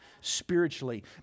spiritually